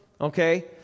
Okay